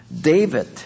David